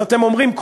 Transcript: אז אתם אומרים,